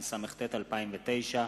התשס”ט 2009,